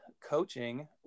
coaching